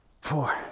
four